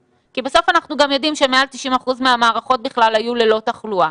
כי בסוף אנחנו גם יודעים שמעל 90% מהמערכות בכלל היו ללא תחלואה.